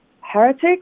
heretic